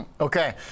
Okay